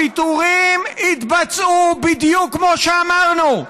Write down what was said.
הפיטורים יתבצעו בדיוק כמו שאמרנו.